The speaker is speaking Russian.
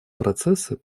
процессы